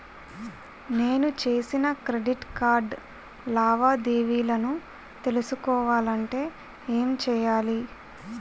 నేను చేసిన credit card లావాదేవీలను తెలుసుకోవాలంటే ఏం చేయాలి?